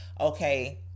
okay